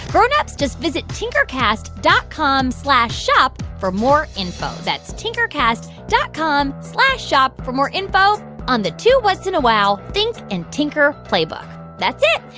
grown-ups, just visit tinkercast dot com slash shop for more info. that's tinkercast dot com slash shop for more info on the two whats? and a wow! think and tinker playbook. that's it.